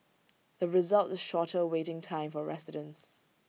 the result is shorter waiting time for residents